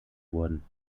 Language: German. wurden